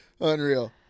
Unreal